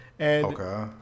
Okay